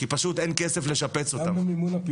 כי פשוט אין כסף לשפץ אותם.